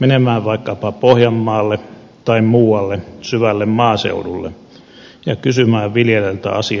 menemään vaikkapa pohjanmaalle tai muualle syvälle maaseudulle kysymään viljelijältä asian oikeaa laitaa